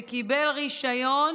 וקיבל רישיון